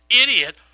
idiot